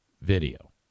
video